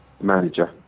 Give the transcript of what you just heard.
manager